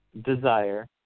desire